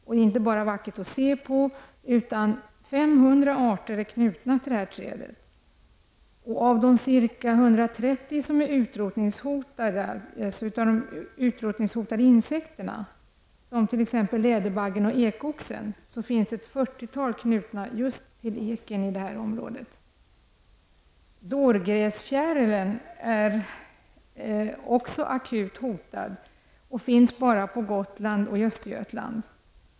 Den är inte bara vacker att se på, utan 500 arter är knutna till detta träd. Av de ca 130 utrotningshotade insekterna, som läderbaggen och ekoxen, finns ett fyrtiotal knutna just till eken i detta område. Dårgräsfjärilen är också akut hotad och finns nu bara på Gotland och i Östergötland.